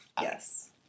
Yes